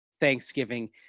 Thanksgiving